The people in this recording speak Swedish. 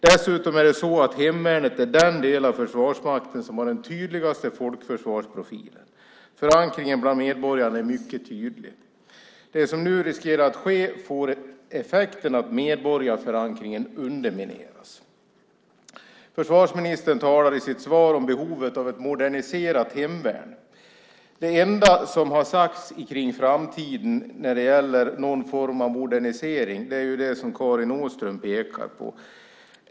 Dessutom är hemvärnet den del av Försvarsmakten som har den tydligaste folkförsvarsprofilen. Förankringen bland medborgarna är mycket tydlig. Det som nu riskerar att ske får till effekt att medborgarförankringen undermineras. Försvarsministern talar i sitt svar om behovet av ett moderniserat hemvärn. Det enda som sagts om framtiden när det gäller någon form av modernisering är det som Karin Åström pekar på.